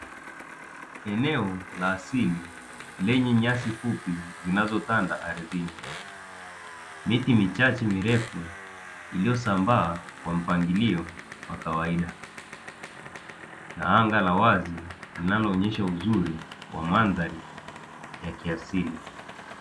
Eneo la asili lenye nyasi fupi zinazotanda ardhini. Miti michache mirefu iliyosambaa kwa mpangilio wa kawaida na anga la wazi linaloonesha uzuri wa mandhari ya kiasili.